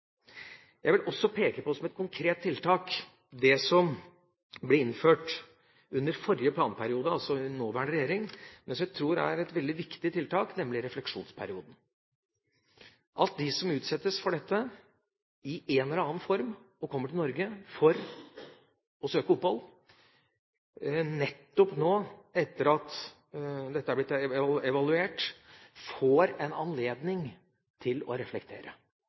Jeg vil også som et konkret tiltak peke på det som ble innført under forrige planperiode, altså under nåværende regjering – som jeg tror er et veldig viktig tiltak, nemlig refleksjonsperioden, det at de som utsettes for dette i en eller annen form, og kommer til Norge for å søke opphold nettopp etter at dette er blitt evaluert, får anledning til å reflektere,